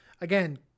again